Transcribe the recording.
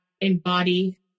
embody